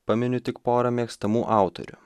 paminiu tik pora mėgstamų autorių